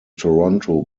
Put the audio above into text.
toronto